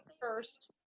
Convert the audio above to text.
first